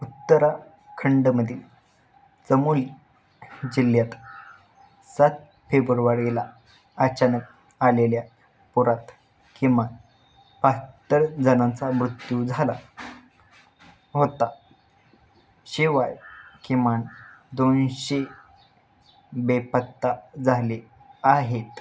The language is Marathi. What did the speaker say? उत्तराखंडमधील चमोली जिल्ह्यात सात फेब्रुवारीला अचानक आलेल्या पुरात किमान बाहत्तर जणांचा मृत्यू झाला होता शिवाय किमान दोनशे बेपत्ता झाले आहेत